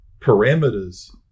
parameters